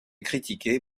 critiqué